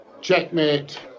Checkmate